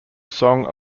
song